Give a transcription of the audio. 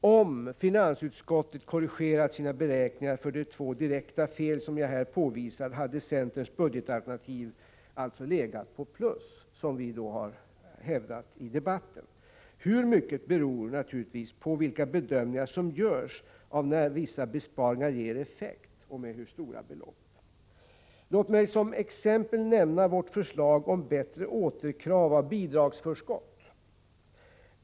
Om finansutskottet korrigerat sina beräkningar för de två direkta fel jag här påvisat hade centerns budgetalternativ alltså legat på plus, som vi hävdat i debatten. Hur mycket beror naturligtvis på vilka bedömningar som görs av när vissa besparingar ger effekt och med hur stora belopp. Låt mig som exempel nämna vårt förslag om bättre återkrav av bidragsförskott.